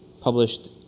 published